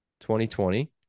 2020